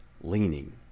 leaning